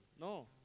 No